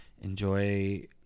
enjoy